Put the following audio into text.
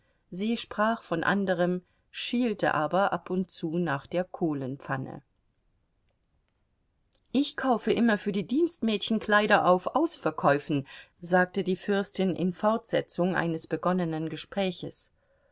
sie sprach von anderem schielte aber ab und zu nach der kohlenpfanne ich kaufe immer für die dienstmädchen kleider auf ausverkäufen sagte die fürstin in fortsetzung eines begonnenen gespräches